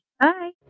Bye